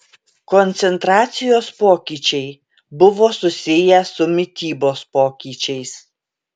koncentracijos pokyčiai buvo susiję su mitybos pokyčiais